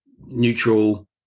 neutral